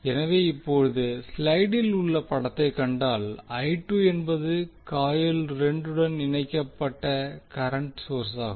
எனவே இப்போது ஸ்லைடில் உள்ள படத்தை கண்டால் என்பது காயில் 2 வுடன் இணைக்கப்பட்ட கரன்ட் சோர்சாகும்